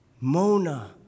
mona